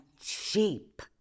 cheap